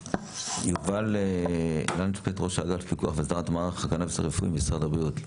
יובל לנדשפט, ראש אגף פיקוח במשרד הבריאות.